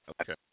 Okay